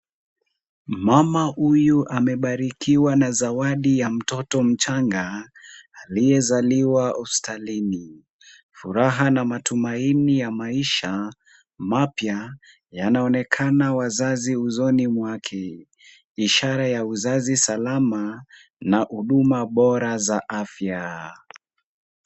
Mama huyu amebarikiwa na zawadi ya mtoto mchanga aliyezaliwa hospitalini. Furaha na matumaini ya maisha mapya yanaonekana waziwazi usoni mwake ishara ya uzazi salama na huduma bora za afya.